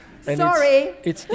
Sorry